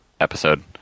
episode